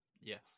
Yes